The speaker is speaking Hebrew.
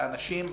והאנשים,